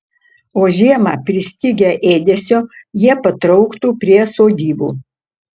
o žiemą pristigę ėdesio jie patrauktų prie sodybų